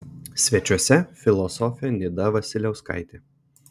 svečiuose filosofė nida vasiliauskaitė